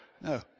No